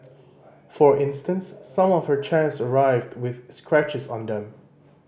for instance some of her chairs arrived with scratches on them